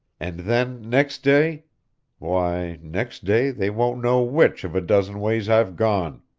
and then next day why, next day they won't know which of a dozen ways i've gone!